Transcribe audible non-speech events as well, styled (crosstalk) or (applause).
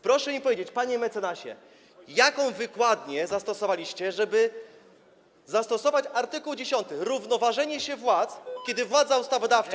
Proszę mi powiedzieć, panie mecenasie, jaką wykładnię zastosowaliście, żeby zastosować art. 10 - równoważenie się władz, (noise) kiedy władza ustawodawcza.